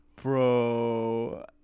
Bro